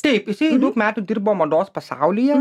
taip jisai daug metų dirbo mados pasaulyje